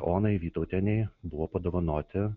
onai vytautienei buvo padovanoti